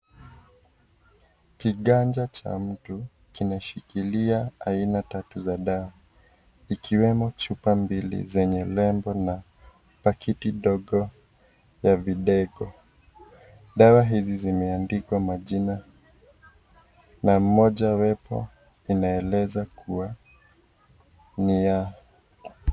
Kiganja cha mtu kimeshikilia aina tatu za dawa ikiwemo chupa mbili zenye nembo na paketi mbili ya videge, dawa hizi zimeandikwa majina na mojawapo inaeleza kuwa ni ya.